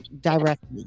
directly